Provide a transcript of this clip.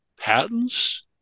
patents